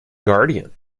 guardian